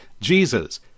Jesus